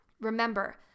Remember